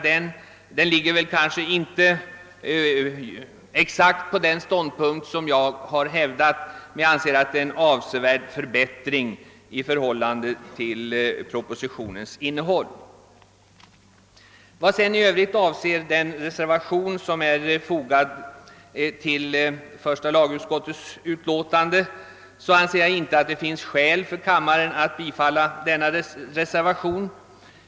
Den överensstämmer kanske inte exakt med den ståndpunkt jag hävdat, men jag anser att den innebär en avsevärd förbättring jämfört med propositionens förslag och är därför nöjd med resultatet. Vad sedan angår den reservation som fogats till första lagutskottets utlåtande anser jag inte att det finns något skäl för kammaren att bifalla denna.